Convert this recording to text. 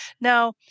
Now